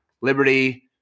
Liberty